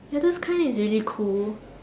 like those kind is really cool